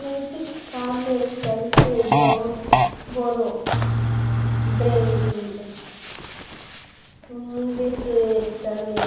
नैतिक कामेर चलते बोरो ब्रैंड निवेशेर तने